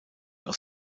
aus